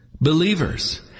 Believers